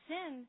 Sin